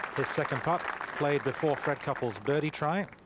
the second putt played before fred couples birdie try.